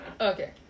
Okay